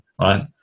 right